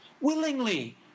willingly